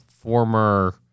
former